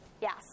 Yes